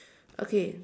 okay